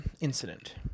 incident